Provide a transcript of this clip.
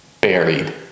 Buried